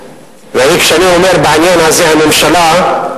כשאני אומר בעניין הזה "הממשלה",